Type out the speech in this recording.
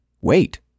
wait